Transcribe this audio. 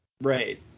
Right